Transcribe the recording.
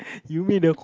you made a